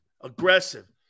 Aggressive